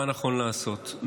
מה נכון לעשות.